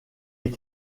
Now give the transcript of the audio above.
les